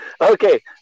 Okay